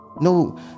No